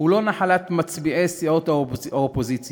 אינו נחלתם של מצביעי סיעות האופוזיציה,